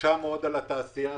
שהקשה מאוד על התעשייה.